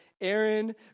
Aaron